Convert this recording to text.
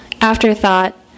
afterthought